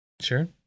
Sure